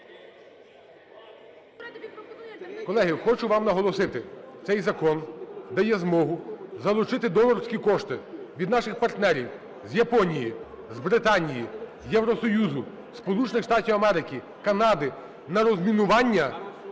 Колеги, хочу вам наголосити, цей закон дає змогу залучити донорські кошти від наших партнерів з Японії, з Британії, з Євросоюзу, Сполучних Штатів